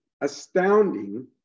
astounding